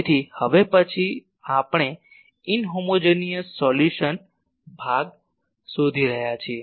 તેથી હવે પછી આપણે અસમાનધર્મી સૉલ્યુશન ભાગ શોધી રહ્યા છીએ